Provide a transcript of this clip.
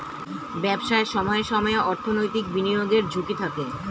ব্যবসায় সময়ে সময়ে অর্থনৈতিক বিনিয়োগের ঝুঁকি থাকে